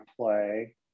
play